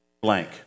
blank